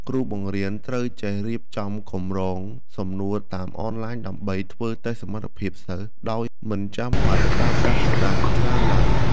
គ្រូបង្រៀនត្រូវចេះរៀបចំកម្រងសំណួរតាមអនឡាញដើម្បីធ្វើតេស្តសមត្ថភាពសិស្សដោយមិនចាំបាច់ប្រើប្រាស់ក្រដាសច្រើនឡើយ។